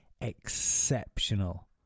exceptional